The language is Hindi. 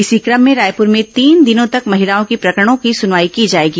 इसी क्रम में रायपुर में तीन दिनों तक महिलाओं की प्रकरणों की सुनवाई की जाएगी